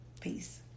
peace